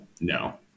no